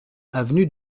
avenue